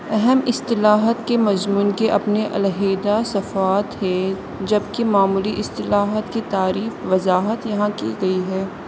اہم اصطلاحات کے مضمون کے اپنے علیحدہ صفحات ہے جبکہ معمولی اصطلاحات کی تعریف وضاحت یہاں کی گئی ہے